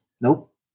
Nope